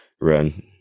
run